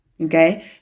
okay